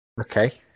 Okay